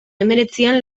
hemeretzian